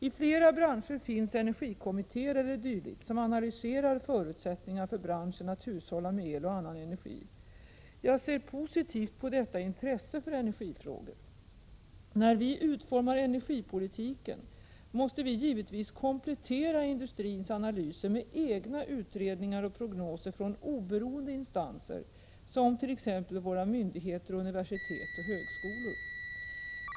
I flera branscher finns energikommittéer e. d. som analyserar förutsättningar för branschen att hushålla med el och annan energi. Jag ser positivt på detta intresse för energifrågor. När vi utformar energipolitiken måste vi givetvis komplettera industrins analyser med egna utredningar och prognoser från oberoende instanser som t.ex. våra myndigheter och universitet och högskolor.